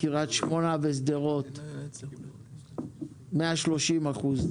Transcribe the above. קריית שמונה ושדרות התייקרות בגובה של 130 אחוזים בנסיעה פנימית.